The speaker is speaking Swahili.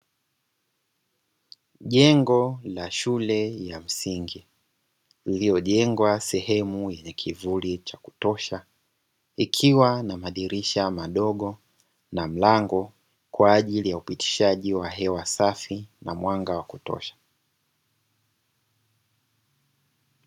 Jengo la shule ya msingi iliojengwa sehemu yenye kivuli cha kutosha, ikiwa na madirisha madogo na mlango kwa ajili ya upitishaji wa hewa safi na mwanga wa kutosha.